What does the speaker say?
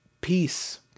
peace